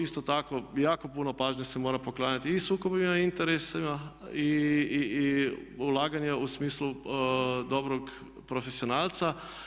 Isto tako jako puno pažnje se mora poklanjati i sukobima interesa i ulaganjima u smislu dobrog profesionalca.